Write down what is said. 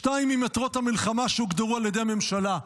שתיים ממטרות המלחמה שהוגדרו על ידי הממשלה,